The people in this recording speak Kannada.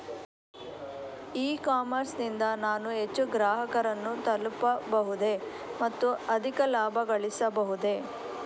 ಇ ಕಾಮರ್ಸ್ ನಿಂದ ನಾನು ಹೆಚ್ಚು ಗ್ರಾಹಕರನ್ನು ತಲುಪಬಹುದೇ ಮತ್ತು ಅಧಿಕ ಲಾಭಗಳಿಸಬಹುದೇ?